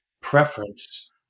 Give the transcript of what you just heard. preference